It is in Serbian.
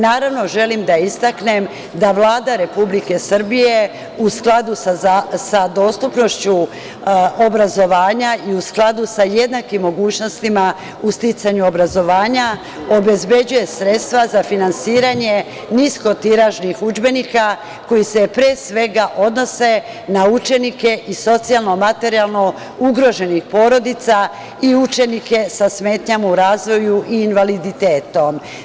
Naravno, želim da istaknem da Vlada Republike Srbije u skladu sa dostupnošću obrazovanja i u skladu sa jednakim mogućnostima u sticanju obrazovanja, obezbeđuje sredstva za finansiranje niskotiražnih udžbenika koji se pre svega odnose na učenike iz socijalno materijalno ugroženih porodica i učenike sa smetnjama u razvoju i invaliditetom.